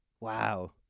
Wow